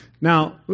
Now